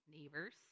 neighbors